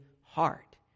heart